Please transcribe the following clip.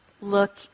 look